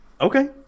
Okay